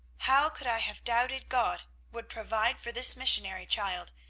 how could i have doubted god would provide for this missionary child!